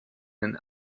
den